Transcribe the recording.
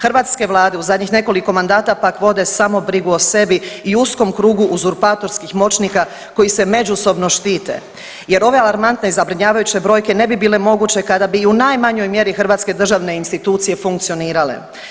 Hrvatske vlade u zadnjih nekoliko mandata pak vode samo brigu o sebi i uskom krugu uzurpatorskih moćnika koji se međusobno štite jer ove alarmantne i zabrinjavajuće brojke ne bi bile moguće kada bi i u najmanjoj mjeri hrvatske državne institucije funkcionirale.